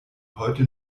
heute